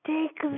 Take